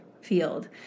field